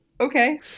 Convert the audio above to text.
Okay